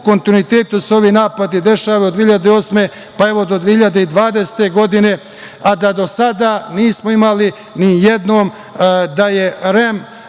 kontinuitetu se ovi napadi dešavaju, od 2008. pa do 2020. godine, a da do sada nismo imali ni jednom da je REM